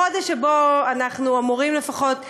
חודש שבו אנחנו אמורים לפחות לדון,